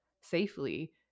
safely